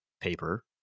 paper